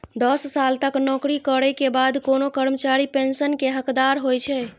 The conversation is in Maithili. दस साल तक नौकरी करै के बाद कोनो कर्मचारी पेंशन के हकदार होइ छै